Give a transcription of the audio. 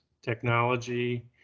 technology